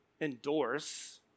endorse